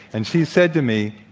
and she said to me